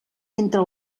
entre